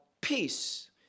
peace